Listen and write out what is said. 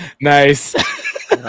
Nice